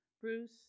Bruce